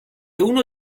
uno